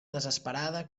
desesperada